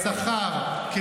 שקר?